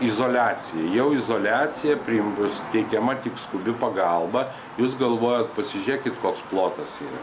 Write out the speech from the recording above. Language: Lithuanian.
izoliacijoj jau izoliacija bus teikiama tik skubi pagalba jūs galvojat pasižiūrėkit koks plotas yra